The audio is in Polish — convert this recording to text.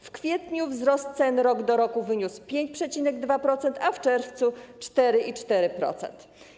W kwietniu wzrost cen rok do roku wyniósł 5,2%, a w czerwcu - 4,4%.